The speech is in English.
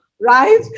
right